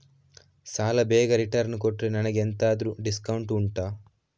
ಸಾಲ ಬೇಗ ರಿಟರ್ನ್ ಕೊಟ್ರೆ ನನಗೆ ಎಂತಾದ್ರೂ ಡಿಸ್ಕೌಂಟ್ ಉಂಟಾ